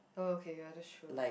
oh okay ya that's true